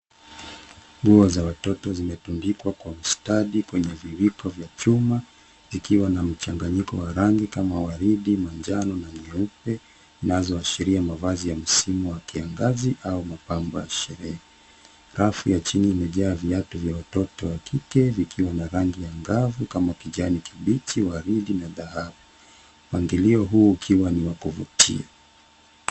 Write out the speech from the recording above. Nguo za watoto zimetundikwa kwa ustadi kwenye viwiko vya chuma zikiwa na mchanganyiko wa rangi kama waridi, manjano na nyeupe; zinazoashiria mavazi ya msimu wa kiangazi au mapambo ashiria. Rafu ya chini imejaa viatu vya watoto wa kike vikiwa na rangi angavu kama kijani kibichi, waridi na dhahabu; mpangilio huo ukiwa ni wa kuvutia.